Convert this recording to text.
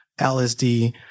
LSD